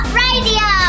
radio